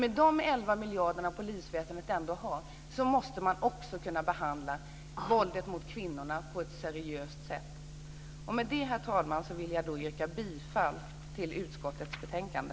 Med de 11 miljarder polisväsendet ändå har måste man också kunna behandla våldet mot kvinnorna på ett seriöst sätt. Med det, herr talman, vill jag yrka bifall till hemställan i utskottets betänkande.